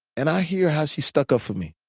and i hear how she stuck up for me.